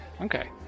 Okay